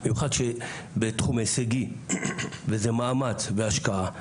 במיוחד שבתחום ההישגי זה מאמץ והשקעה,